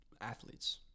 athletes